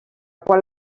qual